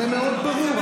זה מאוד ברור,